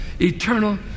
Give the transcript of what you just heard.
Eternal